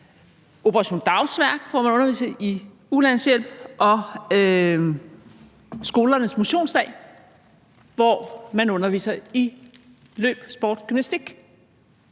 Operation Dagsværk, hvor man underviser i ulandshjælp, og skolernes motionsdag, hvor man underviser i løb, sport og gymnastik?